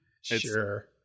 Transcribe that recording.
Sure